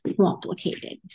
complicated